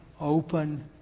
open